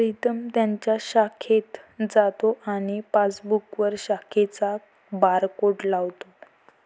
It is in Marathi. प्रीतम त्याच्या शाखेत जातो आणि पासबुकवर शाखेचा बारकोड लावतो